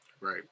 Right